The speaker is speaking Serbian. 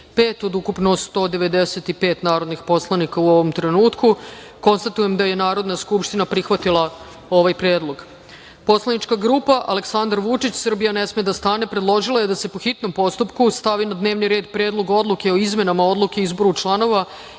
35 od ukupno 195 narodnih poslanika u ovom trenutku. Konstatujem da je Narodna skupština prihvatila ovaj predlog. Poslanička grupa Aleksandar Vučić – Srbija ne sme da stane predložila je da se, po hitnom postupku, stavi na dnevni red Predlog odluke o izmenama Odluke o izboru članova